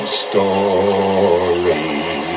story